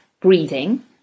breathing